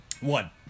One